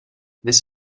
this